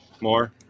More